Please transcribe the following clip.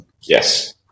Yes